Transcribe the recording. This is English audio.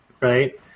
right